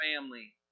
family